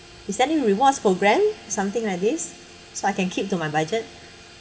is there any rewards program something like this so I can keep to my budget